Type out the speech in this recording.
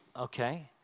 okay